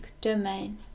domain